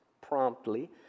promptly